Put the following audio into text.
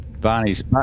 Barney's